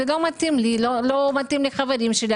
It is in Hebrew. זה לא מתאים לי ולא מתאים לחברים שלי.